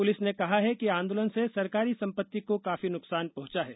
police ने कहा है कि आंदोलन से सरकारी संपत्ति को काफी नुकसान पहुंचा है